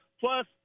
Plus